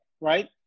right